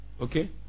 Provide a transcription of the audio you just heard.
Okay